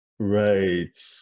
right